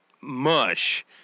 mush